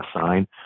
sign